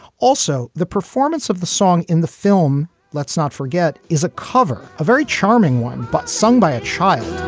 also, the performance of the song in the film. let's not forget is a cover, a very charming one, but sung by a child